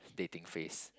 dating phase